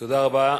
תודה רבה.